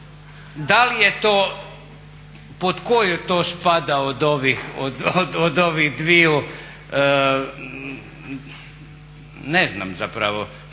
Da li je to, pod koju to spada od ovih dviju? Ne znam zapravo